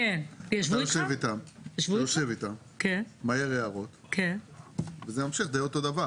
אתה יושב איתם מעיר הערות וזה ממשיך די אותו דבר.